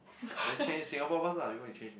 then change Singapore first lah you go and change me